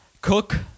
Cook